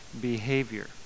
behavior